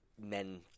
men